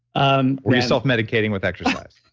um are you self-medicating with exercise?